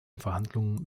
verhandlungen